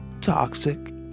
toxic